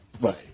Right